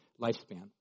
lifespan